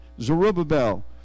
Zerubbabel